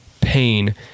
pain